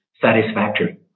satisfactory